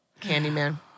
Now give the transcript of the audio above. Candyman